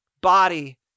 body